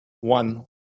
One